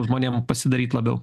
žmonėm pasidaryt labiau